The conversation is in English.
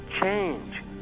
change